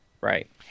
Right